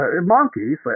monkeys